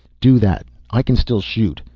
do that. i can still shoot.